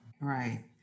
right